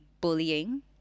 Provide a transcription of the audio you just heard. bullying